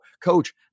Coach